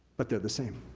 but, they're the same,